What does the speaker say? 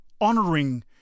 honoring